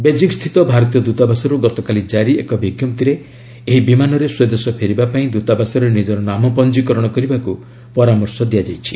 Beijing ସ୍ଥିତି ଭାରତୀୟ ଦୂତାବାସରୁ ଗତକାଲି ଜାରି ଏକ ବିଞ୍କପ୍ତିରେ' ଏହି ବିମାନରେ ସ୍ୱଦେଶ ଫେରିବା ପାଇଁ ଦ୍ରତାବାସରେ ନିଜର ନାମ ପଞ୍ଜିକରଣ କରିବାକୁ ପରାମର୍ଶ ଦିଆଯାଇଛି